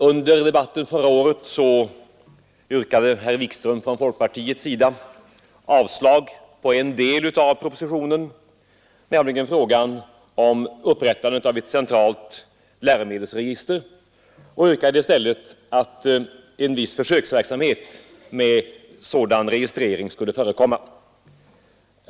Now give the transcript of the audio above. Under debatten förra året yrkade herr Wikström som representant för folkpartiet avslag på en del av propositionen, nämligen den som rörde frågan om upprättande av ett centralt läromedelregister, och yrkade i stället att en viss försöksverksamhet med registrering skulle förekomma.